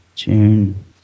june